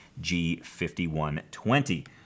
G5120